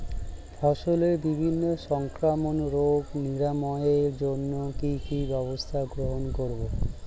ফসলের বিভিন্ন সংক্রামক রোগ নিরাময়ের জন্য কি কি ব্যবস্থা গ্রহণ করব?